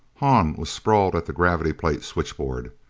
hahn was sprawled at the gravity plate switchboard.